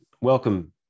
welcome